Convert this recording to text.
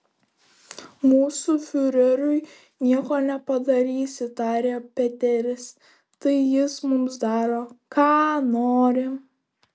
mūsų fiureriui nieko nepadarysi tarė peteris tai jis mums daro ką nori